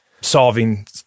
solving